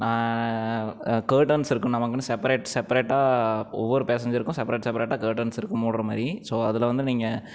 curtains இருக்கும் நமக்குன்னு separate செப்பரேட்டாக ஒவ்வொரு பேசஞ்சருக்கும் செப்பரேட் செப்பரேட்டாக கர்ட்டன்ஸ் இருக்கும் மூடுகிற மாதிரி ஸோ அதில் வந்து நீங்கள்